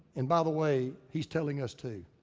and by the way, he's telling us too.